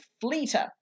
fleeter